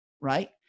right